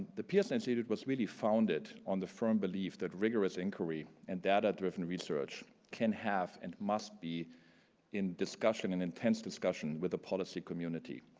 the pearson institute was really founded on the firm belief that rigorous inquiry and data driven research can have and must be in discussion, in intense discussion, with the policy community,